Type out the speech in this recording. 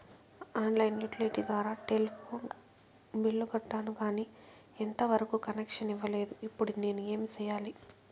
On line utility ద్వారా telephone bill కట్టాను, కానీ ఎంత వరకు కనెక్షన్ ఇవ్వలేదు, ఇప్పుడు నేను ఏమి సెయ్యాలి?